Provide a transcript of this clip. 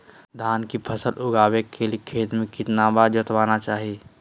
धान की फसल उगाने के लिए खेत को कितने बार जोतना चाइए?